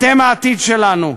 אתם העתיד שלנו.